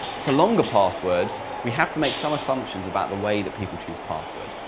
for longer passwords, we have to make some assumptions about the way that people choose passwords.